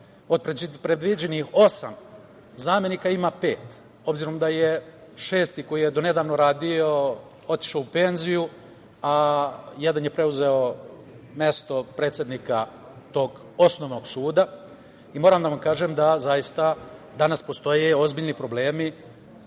od predviđenih osam zamenika ima pet, obzirom da je šesti, koji je donedavno radio, otišao u penziju, a jedan je preuzeo mesto predsednika tog Osnovnog suda. Moram da vam kažem da danas postoje ozbiljni problemi